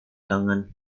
tangan